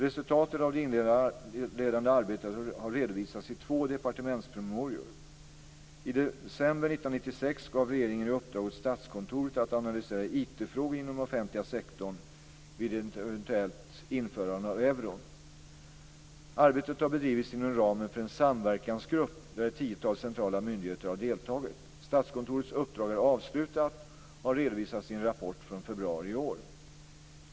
Resultatet av det inledande arbetet har redovisats i två departementspromemorior . I december 1996 gav regeringen i uppdrag åt Statskontoret att analysera IT-frågor inom den offentliga sektorn vid ett eventuellt införande av euron. Arbetet har bedrivits inom ramen för en samverkansgrupp där ett tiotal centrala myndigheter har deltagit. Statskontorets uppdrag är avslutat och har redovisats i en rapport från februari i år.